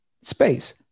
space